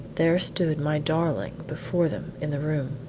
there stood my darling before them in the room.